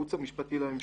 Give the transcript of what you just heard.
לייעוץ המשפטי לממשלה,